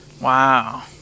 wow